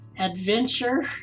adventure